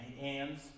hands